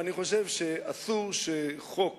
אני חושב שאסור שחוק